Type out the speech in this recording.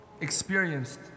experienced